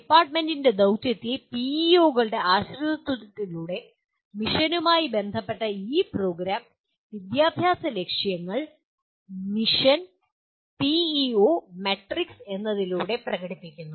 ഡിപ്പാർട്ട്മെന്റിന്റെ ദൌത്യത്തെ PEO കളുടെ ആശ്രിതത്വത്തിലൂടെ മിഷനുമായി ബന്ധപ്പെട്ട ഈ പ്രോഗ്രാം വിദ്യാഭ്യാസ ലക്ഷ്യങ്ങൾ മിഷൻ പിഇഒ മാട്രിക്സ് എന്നതിലൂടെ പ്രകടിപ്പിക്കുന്നു